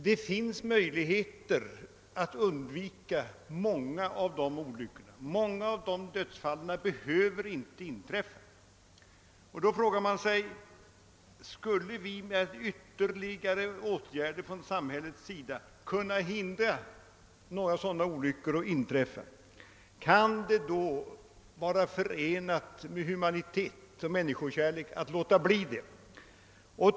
Det finns möjligheter att undvika många av de olyckorna. Många av dessa dödsfall behöver inte inträffa. Skulle vi med ytterligare åtgärder från samhällets sida kunna förhindra några sådana olyckor, kan det då vara förenat med humanitet och människokärlek att låta bli det?